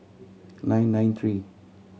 nine nine three